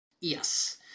Yes